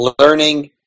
learning